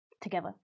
Together